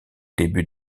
début